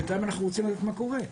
אבל בינתיים אנחנו רוצים לדעת מה קורה.